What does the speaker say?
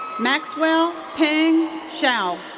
maxwell peng zhao.